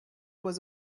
was